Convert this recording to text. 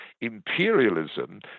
imperialism